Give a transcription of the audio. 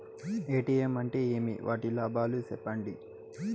ATM అంటే ఏమి? వాటి లాభాలు సెప్పండి?